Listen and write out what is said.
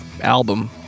album